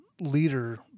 leader